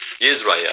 Israel